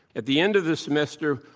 at the end of the semester,